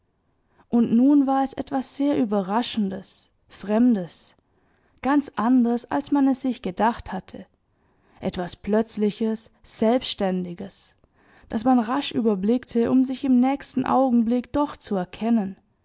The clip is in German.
und nun war es etwas sehr überraschendes fremdes ganz anders als man es sich gedacht hatte etwas plötzliches selbständiges das man rasch überblickte um sich im nächsten augenblick doch zu erkennen